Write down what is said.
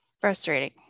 frustrating